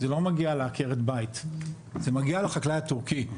זה לא מגיע לעקרת בית, זה מגיע לחקלאי הטורקי.